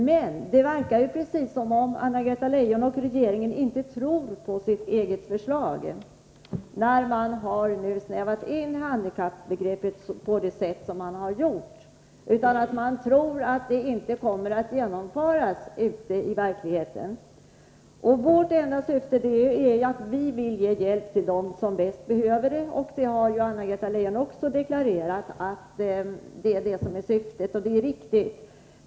Men det verkar precis som om Anna-Greta Leijon och regeringen inte tror på sitt eget förslag, när man nu har snävat in handikappbegreppet på det sätt som skett, utan att man tror att det inte kommer att genomföras i praktiken. Vårt enda syfte är att ge hjälp till dem som bäst behöver hjälpen. Anna-Greta Leijon har ju också deklarerat att det är detta som är syftet.